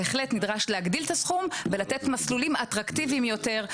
בהחלט נדרש להגדיל את הסכום ולתת מסלולים אטרקטיביים יותר,